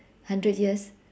hundred years